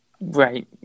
right